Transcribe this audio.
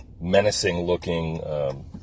menacing-looking